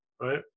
right